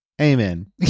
Amen